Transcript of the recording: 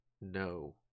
No